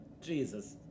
Jesus